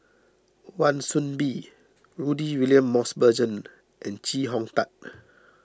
Wan Soon Bee Rudy William Mosbergen and Chee Hong Tat